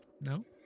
No